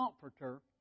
comforter